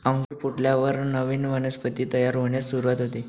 अंकुर फुटल्यावरच नवीन वनस्पती तयार होण्यास सुरूवात होते